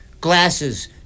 glasses